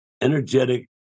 energetic